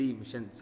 mission